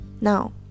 Now